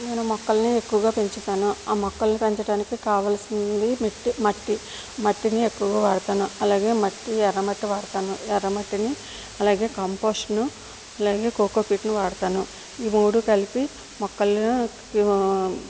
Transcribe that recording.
నేను మొక్కల్ని ఎక్కువగా పెంచుతాను ఆ మొక్కలు పెంచడానికి కావాల్సింది మెట్టి మట్టి మట్టిని ఎక్కువగా వాడుతాను అలాగే మట్టి ఎర్రమట్టి వాడుతాను ఎర్రమట్టిని అలాగే కంపోస్టును అలాగే కోకో పిట్ని వాడుతాను ఈ మూడు కలిపి మొక్కలను